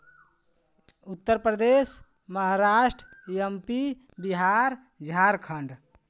Uttar Pradesh Maharashtra M P Bihar Jharkhand